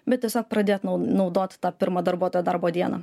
bet tiesiog pradėt naudot tą pirmą darbuotojo darbo dieną